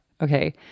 Okay